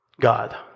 God